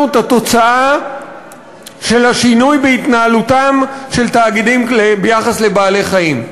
את התוצאה של השינוי בהתנהלותם של תאגידים ביחס לבעלי-חיים.